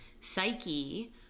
psyche